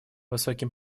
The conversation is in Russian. высоким